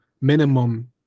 minimum